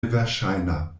neverŝajna